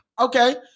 Okay